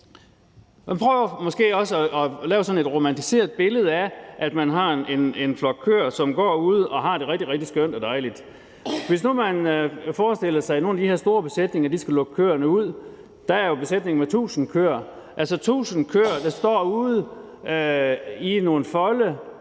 Man prøver måske også at lave sådan et romantiseret billede af nogen med en flok køer, som går ude og har det rigtig, rigtig skønt og dejligt. Men man kunne forestille sig, at nogle af de her store besætninger skulle lukke køerne ud, og der er jo besætninger med 1.000 køer, altså 1.000 køer, der står ude i nogle folde